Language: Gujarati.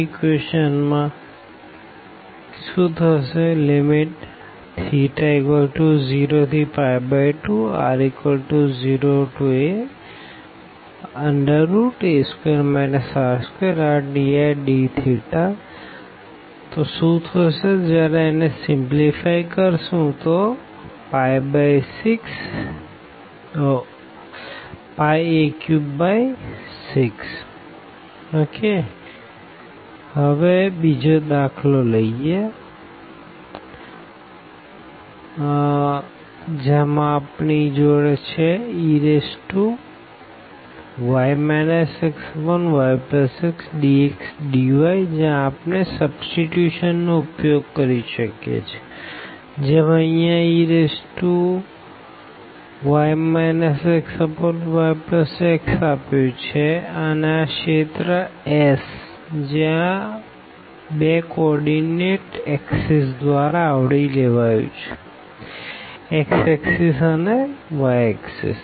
Ra2 r2rdrdθRa2 r2rdrdθ θ02r0aa2 r2rdrdθ 2 1223a2 r232 |0a 6a3 બીજો દાખલો Sey xyxdxdyજ્યાં આપણે સબસ્ટીટ્યુશન નો ઉપયોગ કરી શકીએ છે જેમ અહિયાં ey xyx આપ્યું છે અને આ રીજિયન s જે આ બે કો ઓર્ડીનેટ એક્ષિસ દ્વારા આવરી લેવાયું છેx એક્ષિસ અને yએક્ષિસ